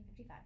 1955